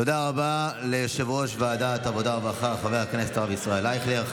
תודה רבה ליושב-ראש ועדת העבודה והרווחה חבר הכנסת הרב ישראל אייכלר.